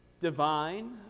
divine